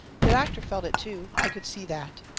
the doctor felt it too, i could see that.